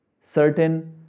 certain